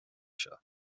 seo